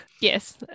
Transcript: Yes